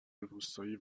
روستایی